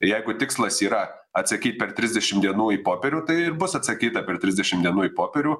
jeigu tikslas yra atsakyt per trisdešimt dienų į popierių tai ir bus atsakyta per trisdešimt dienų į popierių